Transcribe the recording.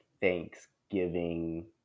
thanksgiving